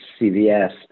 CVS